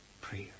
prayer